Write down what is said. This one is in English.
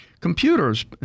computers